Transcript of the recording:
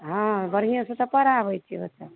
हँ बढ़ियेँ से तऽ पढ़ाबै छियै बच्चाकेँ